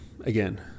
Again